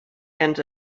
and